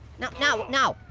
no, no, no,